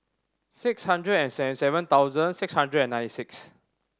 six hundred and seventy seven thousand six hundred and ninety six